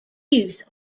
youth